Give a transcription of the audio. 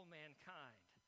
mankind